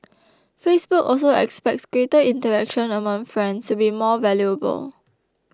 Facebook also expects greater interaction among friends to be more valuable